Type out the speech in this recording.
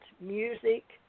music